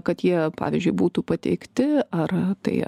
kad jie pavyzdžiui būtų pateikti ar tai